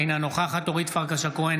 אינה נוכחת אורית פרקש הכהן,